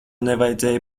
nevajadzēja